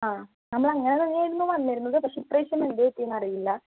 അ നമ്മൾ അങ്ങനെ തന്നെയായിരുന്നു വന്നിരുന്നത് പക്ഷെ ഇപ്രാവശ്യം എന്തു പറ്റി എന്ന് അറിയില്ല